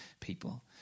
people